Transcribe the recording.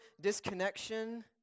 disconnection